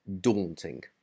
daunting